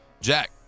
Jack